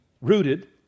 rooted